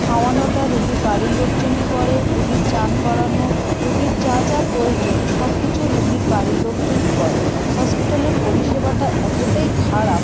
খাওয়ানোটা রুগীর বাড়ির লোকজনই করে রুগীর স্নান করানো রুগীর যা যা প্রয়োজন সব কিছু রুগীর বাড়ির লোকজনই করে হসপিটালের পরিষেবাটা এতোটাই খারাপ